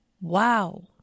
wow